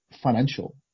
financial